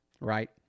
Right